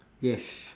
yes